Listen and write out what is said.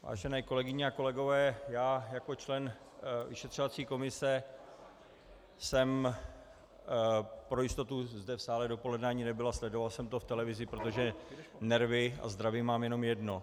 Vážené kolegyně a kolegové, já jako člen vyšetřovací komise jsem pro jistotu zde v sále dopoledne ani nebyl a sledoval jsem to v televizi, protože nervy a zdraví mám jenom jedno.